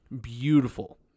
beautiful